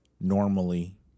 normally